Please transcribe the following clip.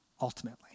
ultimately